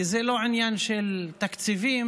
כי זה לא עניין של תקציבים,